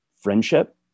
friendship